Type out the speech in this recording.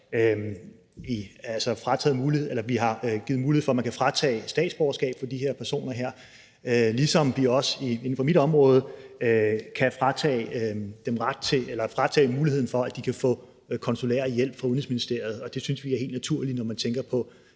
også givet mulighed for, at man kan fratage de her personer statsborgerskabet, ligesom vi også inden for mit område kan fratage dem muligheden for, at de kan få konsulær hjælp fra Udenrigsministeriet, og det synes vi er helt naturligt, når man tænker på